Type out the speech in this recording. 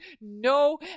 no